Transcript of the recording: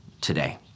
today